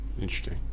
Interesting